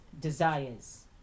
desires